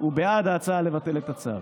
הוא בעד ההצעה לבטל את הצו.